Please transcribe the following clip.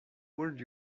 would